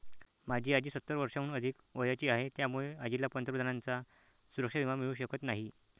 माझी आजी सत्तर वर्षांहून अधिक वयाची आहे, त्यामुळे आजीला पंतप्रधानांचा सुरक्षा विमा मिळू शकत नाही